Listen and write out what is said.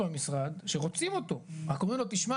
במשרד שרוצים אותו בתפקיד הזה אבל רק אומרים לו תשמע